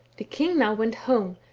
the king now went home,